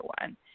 one